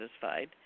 satisfied